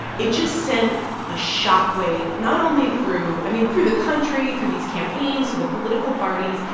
it just sent a shockwave not only through i mean, through the country, through these campaigns, through the political parties.